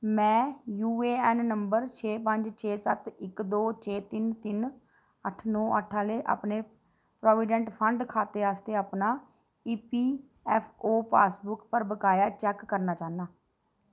में यूएऐन्न नंबर छ पंज छे सत्त इक दो छे तिन तिन अट्ठ नो अट्ठ आह्ले अपने प्रोविडैंट फंड खाते आस्तै अपना ईपीऐफ्फओ पासबुक पर बकाया चैक करना चाह्न्नां